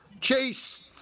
Chase